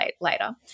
later